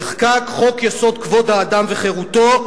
נחקק חוק-יסוד: כבוד האדם וחירותו,